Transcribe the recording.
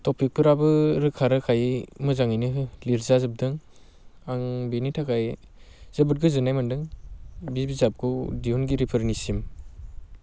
टपिकफोराबो रोखा रोखायै मोजाङैनो लिरजाजोबदों आं बेनि थाखाय जोबोद गोजोननाय मोनदों बे बिजाबखौ दिहुनगिरिफोरनिसिम